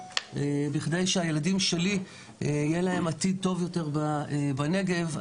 בכדי שלילדים שלי יהיה עתיד טוב יותר בנגב,